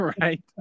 right